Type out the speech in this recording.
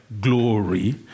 glory